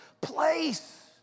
place